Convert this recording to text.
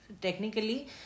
technically